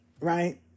right